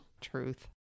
Truth